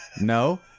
no